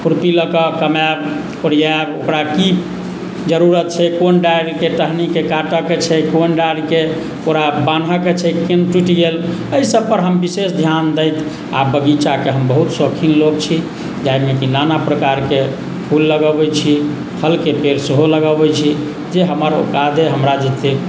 खुरपी लकऽ कमायब कोड़ियाएब ओकरा की जरूरत छै कोन डारिके टहनीके काटैके छै कोन डारिके पूरा बान्हयके छै कनि टुटि गेल एहि सभ पर हम विशेष ध्यान दैत आ बगीचाके हम बहुत शौकीन लोक छी जाहिमे कि नाना प्रकारके फूल लगबै छी फलके पेड़ सेहो लगबैत छी जे हमर औकात अछि हमरा जतेक